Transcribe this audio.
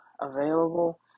available